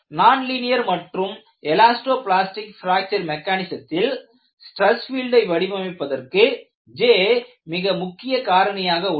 nonlinear மற்றும் elasto plastic fracture மெக்கானிசத்தில் stress பீல்டை வடிவமைப்பதற்கு J மிக முக்கிய காரணியாக உள்ளது